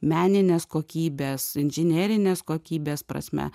meninės kokybės inžinerinės kokybės prasme